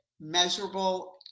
measurable